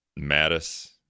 Mattis